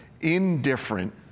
indifferent